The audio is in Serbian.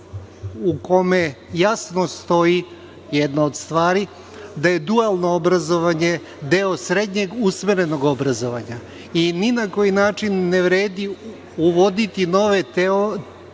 u kome jasno stoji jedna od stvari – da je dualno obrazovanje deo srednjeg usmerenog obrazovanja, i ni na koji način ne vredi uvoditi nove,